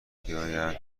بیایند